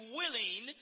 willing